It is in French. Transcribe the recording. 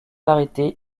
arrêtés